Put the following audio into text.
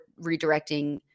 redirecting